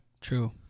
True